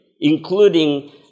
including